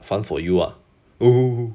fun for you ah oo